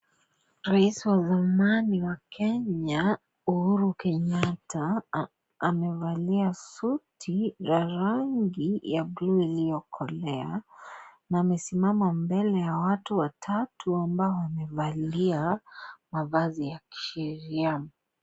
Rais wa zamani wa Kenya Uhuru Kenyatta amevalia suti ya rangi ya bluu iliokolea. Amesimama mbele ya watu watatu ambao wamevalia mavazi ya kisheria.